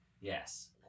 yes